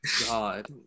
god